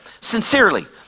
sincerely